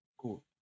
Cool